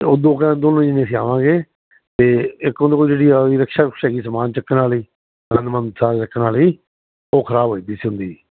ਉਦੋ ਆਵਾਂਗੇ ਤੇ ਇਕ ਉਹਦੇ ਕੋਲ ਜਿਹੜੀ ਆ ਰਕਸ਼ਾ ਸਹੀ ਸਮਾਨ ਚੱਕਣ ਵਾਲੀ ਰੱਖਣ ਵਾਲੀ ਉਹ ਖਰਾਬ ਹੋ ਜਾਂਦੀ ਸੀ ਹੁੰਦੀ